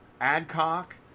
Adcock